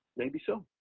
maybe so.